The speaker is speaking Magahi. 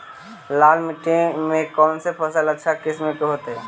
लाल मिट्टी में कौन से फसल अच्छा किस्म के होतै?